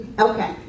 Okay